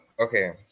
okay